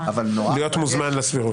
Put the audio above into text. להיות מוזמן לסבירות.